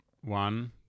one